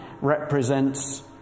represents